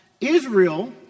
Israel